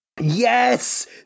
Yes